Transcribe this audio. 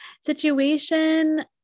situation